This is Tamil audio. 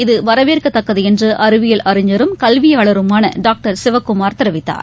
இது வரவேற்கத்தக்கதுஎன்றுஅறிவியல் அறிஞரும் கல்வியாளருமானடாக்டர் சிவக்குமார் தெரிவித்தார்